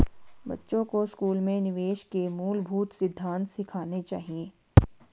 बच्चों को स्कूल में निवेश के मूलभूत सिद्धांत सिखाने चाहिए